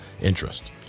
interest